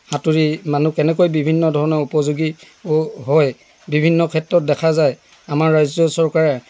সাঁতোৰি মানুহ কেনেকৈ বিভিন্ন ধৰণে উপযোগী হয় বিভিন্ন ক্ষেত্ৰত দেখা যায় আমাৰ ৰাজ্য চৰকাৰে